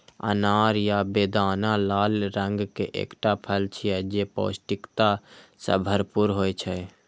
अनार या बेदाना लाल रंग के एकटा फल छियै, जे पौष्टिकता सं भरपूर होइ छै